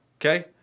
Okay